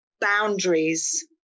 boundaries